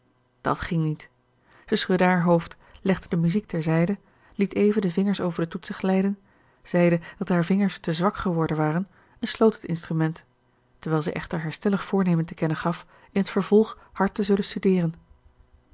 dat ging niet zij schudde haar hoofd legde de muziek terzijde liet even de vingers over de toetsen glijden zeide dat haar vingers te zwak geworden waren en sloot het instrument terwijl zij echter haar stellig voornemen te kennen gaf in t vervolg hard te zullen studeeren